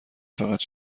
فقط